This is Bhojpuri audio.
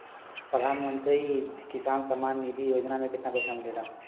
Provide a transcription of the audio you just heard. प्रधान मंत्री किसान सम्मान निधि योजना में कितना पैसा मिलेला?